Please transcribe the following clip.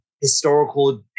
historical